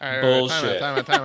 Bullshit